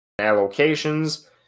allocations